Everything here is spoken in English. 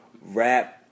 rap